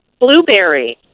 blueberry